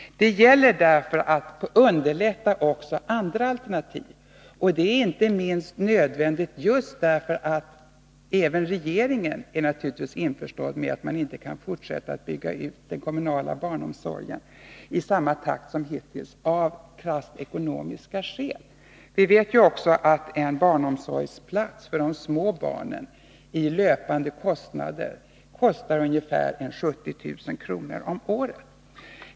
Det gäller därför att underlätta också i fråga om andra alternativ. Det är inte minst nödvändigt just därför att — vilket även regeringen naturligtvis är införstådd med — man inte kan fortsätta att bygga ut den kommunala barnomsorgen i samma takt som hittills, av krasst ekonomiska skäl. Vi vet också att en barnomsorgsplats för de små barnen i löpande kostnader uppgår till ungefär 70 000 kr. om året.